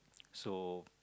so